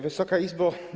Wysoka Izbo!